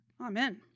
Amen